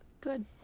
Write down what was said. Good